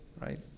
right